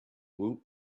woot